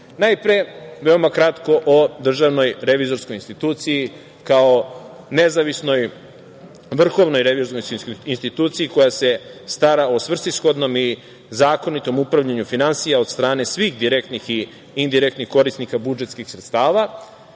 Najpre veoma kratko o Državnoj revizorskoj instituciji kao nezavisnoj vrhovnoj revizorskoj instituciji koja se stara o svrsishodnom i zakonitom upravljanju finansijama od strane svih direktnih i indirektnih korisnika budžetskih sredstava. Državna